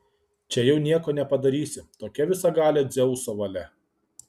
čia jau nieko nepadarysi tokia visagalio dzeuso valia